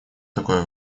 такое